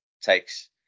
takes